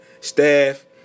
staff